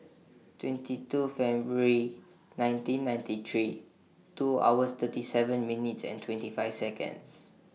twenty two February nineteen ninety three two hours thirty seven minutes and twenty five Seconds